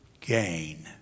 gain